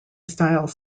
style